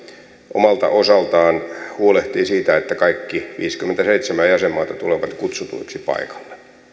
omalta osaltaan huolehtii siitä että kaikki viisikymmentäseitsemän jäsenmaata tulevat kutsutuiksi paikalle